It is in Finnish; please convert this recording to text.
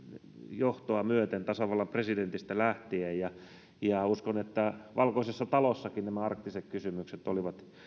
johtoa myöten tasavallan presidentistä lähtien ja uskon että valkoisessa talossakin nämä arktiset kysymykset olivat